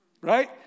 right